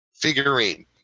figurine